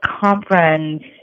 conference